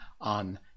on